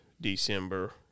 December